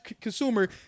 consumer